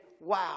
Wow